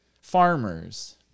Farmers